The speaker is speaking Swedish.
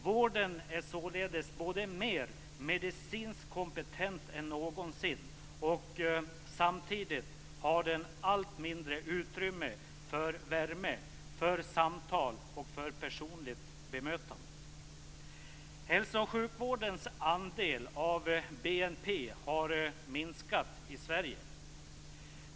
Vården är således både mer medicinskt kompetent än någonsin. Samtidigt har den allt mindre utrymme för värme, samtal och personligt bemötande. Hälso och sjukvårdens andel av BNP har minskat i Sverige.